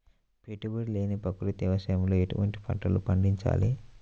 పెట్టుబడి లేని ప్రకృతి వ్యవసాయంలో ఎటువంటి పంటలు పండించాలి?